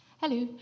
Hello